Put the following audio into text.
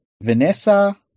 Vanessa